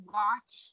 watch